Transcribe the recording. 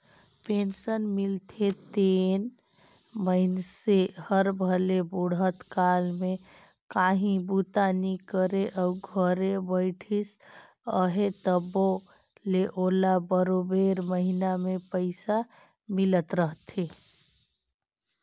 pension मिलथे तेन मइनसे हर भले बुढ़त काल में काहीं बूता नी करे अउ घरे बइठिस अहे तबो ले ओला बरोबेर महिना में पइसा मिलत रहथे